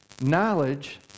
knowledge